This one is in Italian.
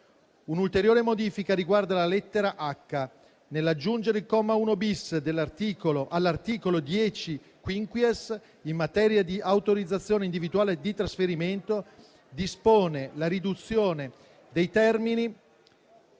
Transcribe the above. Un'ulteriore modifica riguarda la lettera *h)*; nell'aggiungere il comma 1-*bis* all'articolo 10-*quinquies*, in materia di autorizzazione individuale di trasferimento, dispone la riduzione dei termini